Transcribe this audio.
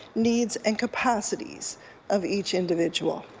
needs and capacities of each individual.